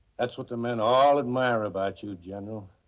that's what the men all admire about you, general.